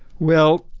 well,